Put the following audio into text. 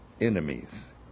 enemies